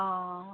অঁ